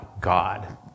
God